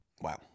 Wow